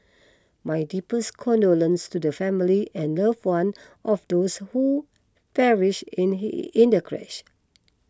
my deepest condolences to the families and love one of those who perished in the crash